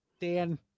Dan